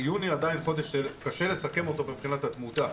יוני עדיין חודש שקשה לסכם אותו מבחינת התמותה,